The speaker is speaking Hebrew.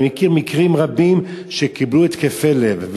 אני מכיר מקרים רבים שאנשים קיבלו התקפי לב.